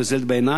וזה בעיני